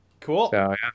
Cool